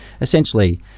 essentially –